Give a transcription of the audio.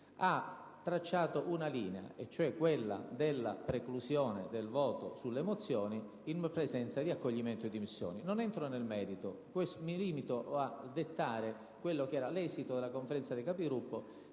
tracciato una linea: la preclusione del voto sulle mozioni in presenza di accoglimento delle dimissioni. Non entro nel merito, mi limito a dettare l'esito della Conferenza dei Capigruppo,